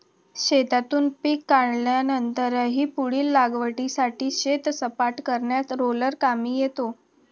शेतातून पीक कापल्यानंतरही पुढील लागवडीसाठी शेत सपाट करण्यात रोलर कामी येतो